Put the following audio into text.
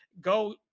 go